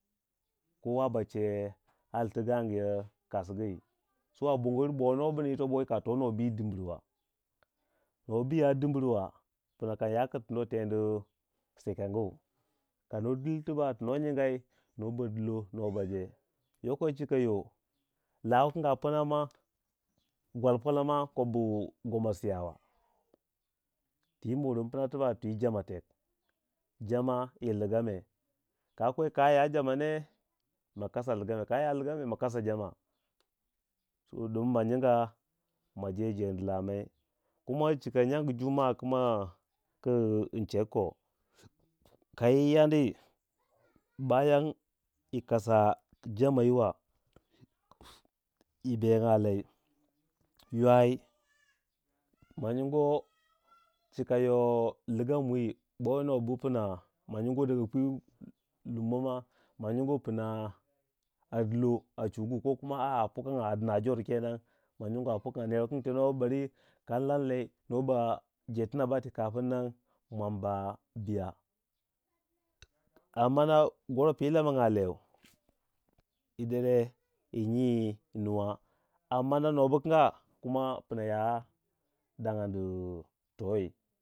Kowa ba che alltu gangu yoi kasgi so bo nuwa bu ning yibo bongo yiru bo nuwa bu ningi yi to yika to nuwa bu yi dumbirwa nuwa bu ya dumbirw pnaka yaku tinduwe tendi sekangu ka no dil tibak tu nuwa nyaingai nuwa ba dillo nuwa ba jee, yoko chika yo bawu kangi a pna ma gwal pwau nio kobu goma siyawa ti yi moron pna tibak twi jama tek jama yi ligame ka kwei ka ya jama ne ma kasa ligame ka ya ligame ma kasa jama ding ma nyinga ma jee- jeendi lamou kuma chika nyang jumaa ku ma chegu ko kayi yandi bayan yi kasa jama yiwa yi bengya lei ywai ma nyingu wei chika yo ligame we bo yi nuwa bu pna ma nyingo pwi lummo ma nying kin a dillo a chugu ko kuma a a a pukangya a dina jor ma nyinguwai a buka ner wukan tenu wei bare kam lanlai noba jeetina kafun nan mwan ba biya amma na goro pigu lamangya lei yi dere yi nyi nuwa amma a nuwa bu bna ya danga toi.